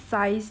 ya